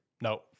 No